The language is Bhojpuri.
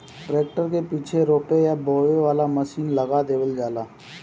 ट्रैक्टर के पीछे रोपे या बोवे वाला मशीन लगा देवल जाला